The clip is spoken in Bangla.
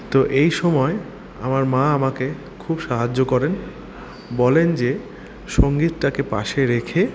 তো এই সময় আমার মা আমাকে খুব সাহায্য করেন বলেন যে সঙ্গীতটাকে পাশে রেখে